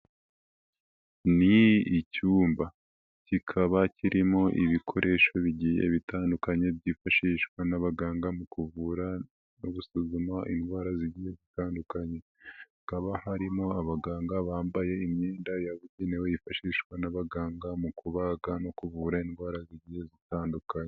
Ni icyumba, kikaba kirimo ibikoresho bigiye bitandukanye byifashishwa n'abaganga mu kuvura no gusuzuma indwara zigiye zitandukanye, hakaba harimo abaganga bambaye imyenda yabugenewe, yifashishwa n'abaganga mu kubaga no kuvura indwara zigiye zitandukanye.